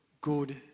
good